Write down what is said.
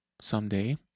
someday